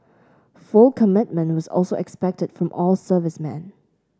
full commitment was also expected from all servicemen